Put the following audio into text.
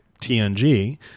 TNG